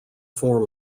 form